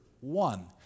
one